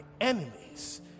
enemies